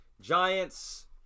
Giants